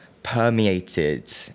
permeated